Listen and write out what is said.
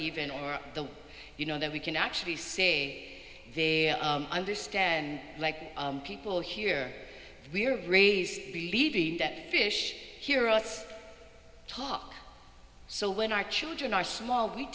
even or the you know that we can actually say they understand like people here we're raised believing that fish hear us talk so when our children are small we